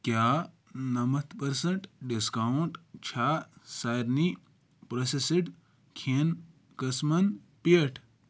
کیٛاہ نَمَتھ percent discount چھا سارنی پرٛوسیٚسڈ کھٮ۪ن قٕسٕمن پٮ۪ٹھ